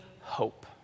hope